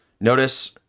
Notice